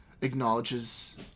acknowledges